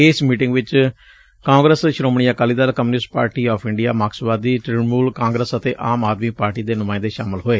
ਇਸ ਮੀਟਿੰਗ ਵਿੱਚ Congress Shiromani Akali Dal communist party of India ਮਾਰਕਸਵਾਦੀ ਤਿਣਮੁਲ ਕਾਂਗਰਸ ਅਤੇ ਆਮ ਆਦਮੀ ਪਾਰਟੀ ਦੇ ਨੁਮਾਇੰਦੇ ਸ਼ਾਮਲ ਹੋਏ